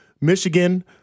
Michigan